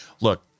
Look